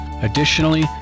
Additionally